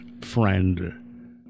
friend